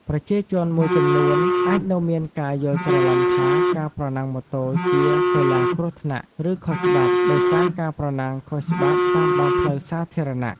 ប្រជាជនមួយចំនួនអាចនៅមានការយល់ច្រឡំថាការប្រណាំងម៉ូតូជាកីឡាគ្រោះថ្នាក់ ឬខុសច្បាប់ ដោយសារការប្រណាំងខុសច្បាប់តាមដងផ្លូវសាធារណៈ។